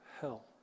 hell